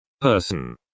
Person